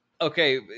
Okay